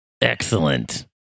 Excellent